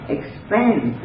expand